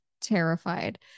terrified